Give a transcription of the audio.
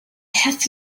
have